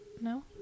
No